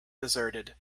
deserted